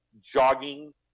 jogging